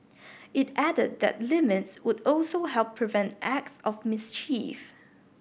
it added that the limits would also help prevent acts of mischief